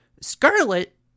Scarlet